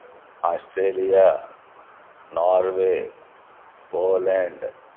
Australia Norway Poland